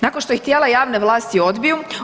Nakon što ih tijela javne vlasti odbiju.